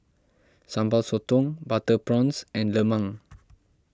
Sambal Sotong Butter Prawns and Lemang